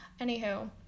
Anywho